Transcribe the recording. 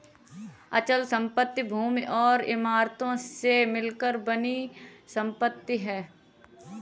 अचल संपत्ति भूमि और इमारतों से मिलकर बनी संपत्ति है